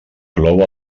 plou